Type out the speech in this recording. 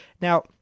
Now